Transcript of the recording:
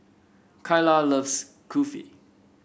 Keila loves Kulfi